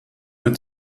der